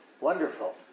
wonderful